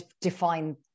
define